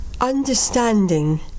understanding